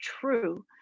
true